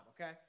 Okay